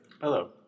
Hello